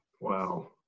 Wow